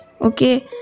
okay